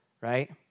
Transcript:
right